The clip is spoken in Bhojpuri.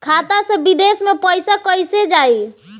खाता से विदेश मे पैसा कईसे जाई?